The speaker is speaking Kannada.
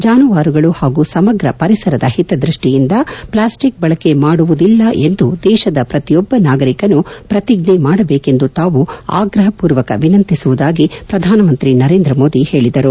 ಜಾನುವಾರುಗಳು ಹಾಗೂ ಸಮಗ್ರ ಪರಿಸರದ ಹಿತದ್ಬಷ್ಟಿಯಿಂದ ಪ್ಲಾಸ್ಲಿಕ್ ಬಳಕೆ ಮಾಡುವುದಿಲ್ಲ ಎಂದು ದೇಶದ ಪ್ರತಿಯೊಬ್ಬ ನಾಗರಿಕನೂ ಪ್ರತಿಜ್ಞೆ ಮಾಡಬೇಕೆಂದು ತಾವು ಆಗ್ರಹಪೂರ್ವಕ ವಿನಂತಿಸುವುದಾಗಿ ಪ್ರಧಾನಮಂತ್ರಿ ನರೇಂದ್ರ ಮೋದಿ ಹೇಳಿದರು